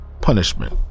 punishment